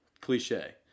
cliche